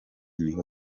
niho